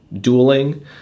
dueling